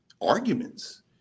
arguments